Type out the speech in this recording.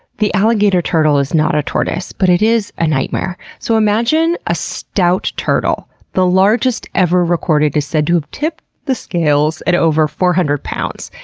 the alligator turtle is not a tortoise, but it is a nightmare. so imagine a stout turtle the largest ever recorded is said to have tipped the scales at over four hundred lbs.